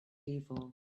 evil